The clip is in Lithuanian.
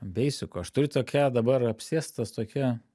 beisiko aš turiu tokią dabar apsėstas tokia